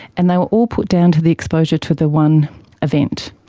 and they were all put down to the exposure to the one event.